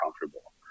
comfortable